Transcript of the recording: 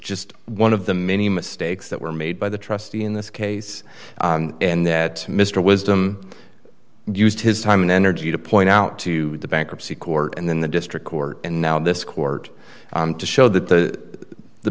just one of the many mistakes that were made by the trustee in this case and that mr wisdom used his time and energy to point out to the bankruptcy court and then the district court and now this court to show that the the